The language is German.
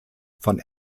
von